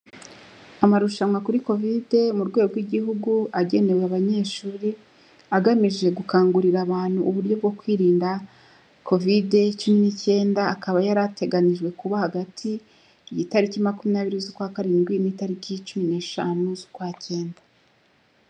Amarushanwa kuri Covid mu rwego rw'igihugu, agenewe abanyeshuri, agamije gukangurira abantu uburyo bwo kwirinda Covid cumi n'icyenda, akaba yari ateganijwe kuba hagati y'itariki makumyabiri z'ukwa karindwi n'itariki cumi n'eshanu z'ukwacyenda.